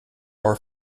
are